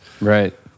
Right